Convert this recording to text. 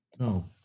no